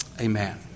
amen